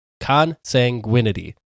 consanguinity